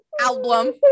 Album